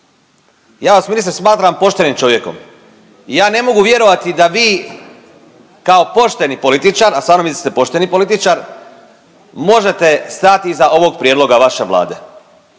Ja vas ministre smatram poštenim čovjekom i ja ne mogu vjerovati da vi kao pošteni političar, a stvarno mislim da ste pošteni političar, možete stajati iza ovog prijedloga vaše Vlade,